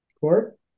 Court